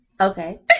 okay